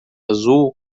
azul